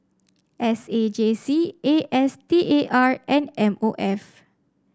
S A J C A S T A R and M O F